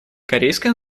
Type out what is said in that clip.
корейская